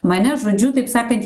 mane žodžiu taip sakant